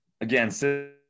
again